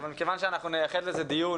אבל מכיוון שאנחנו נייחד לזה דיון